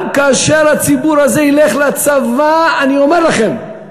גם כאשר הציבור הזה ילך לצבא, אני אומר לכם,